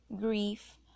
grief